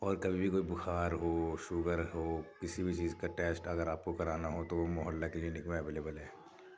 اور کبھی کوئی بخار ہو شوگر ہو کسی بھی چیز کا ٹیسٹ اگر آپ کو کرانا ہو تو وہ محلہ کلینک میں اویلبل ہے